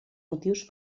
motius